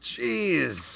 Jeez